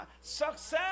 success